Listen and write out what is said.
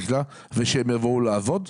ושהם יבואו לעבוד?